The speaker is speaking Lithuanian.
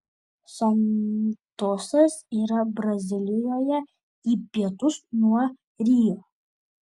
santosas yra brazilijoje į pietus nuo rio